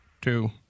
two